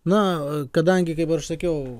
na kadangi kaip ir aš sakiau